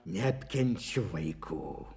neapkenčiau vaikų